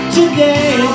Today